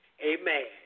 Amen